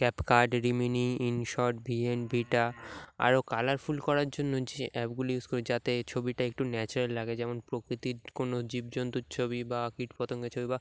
cap card Remini InShot V N V টা আরও colourful করার জন্য যে অ্যাপগুলি ইউস করি যাতে ছবিটা একটু ন্যাচারাল লাগে যেমন প্রকৃতির কোনো জীবজন্তুর ছবি বা কীটপতঙ্গের ছবি বা